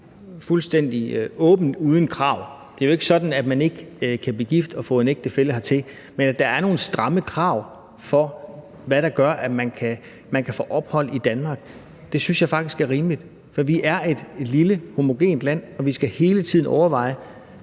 fuldstændig åbent uden krav. Det er jo ikke sådan, at man ikke kan blive gift og få en ægtefælle hertil; men at der er nogle stramme krav til, hvad der gør, at man kan få ophold i Danmark, synes jeg faktisk er rimeligt. For vi er et lille homogent land, og vi skal hele tiden overveje,